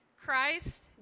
Christ